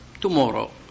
Tomorrow